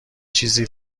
چیزی